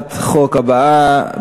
להצעת החוק הבאה,